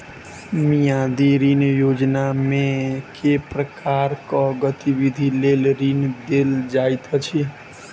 मियादी ऋण योजनामे केँ प्रकारक गतिविधि लेल ऋण देल जाइत अछि